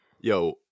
Yo